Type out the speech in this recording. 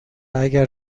اگر